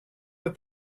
what